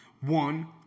One